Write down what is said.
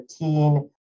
13